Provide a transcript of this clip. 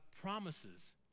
promises